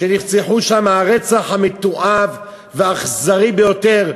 שנרצחו שם, הרצח המתועב והאכזרי ביותר,